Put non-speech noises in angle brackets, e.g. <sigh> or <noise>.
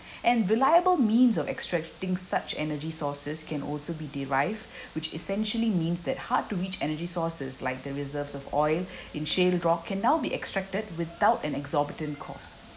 <breath> and reliable means of extracting such energy sources can also be derived <breath> which essentially means that hard to reach energy sources like the reserves of oil <breath> in shale rock can now be extracted without an exorbitant costs